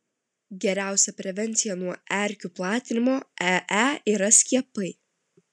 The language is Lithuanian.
geriausia prevencija nuo erkių platinamo ee yra skiepai